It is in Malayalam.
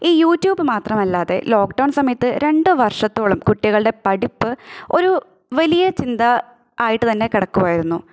ഈ യൂട്യൂബ് മാത്രമല്ലാതെ ലോക്ക്ഡൌൺ സമയത്ത് രണ്ട് വർഷത്തോളം കുട്ടികളുടെ പഠിപ്പ് ഒരു വലിയ ചിന്ത ആയിട്ട് തന്നെ കിടക്കുവായിരുന്നു